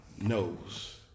knows